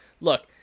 look